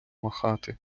махати